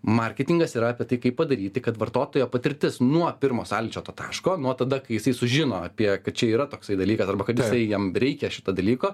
marketingas yra apie tai kaip padaryti kad vartotojo patirtis nuo pirmo sąlyčio to taško nuo tada kai jisai sužino apie kad čia yra toksai dalykas arba kad jisai jam reikia šito dalyko